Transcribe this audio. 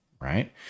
right